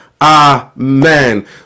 amen